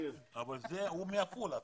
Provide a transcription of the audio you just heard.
הוא מעפולה.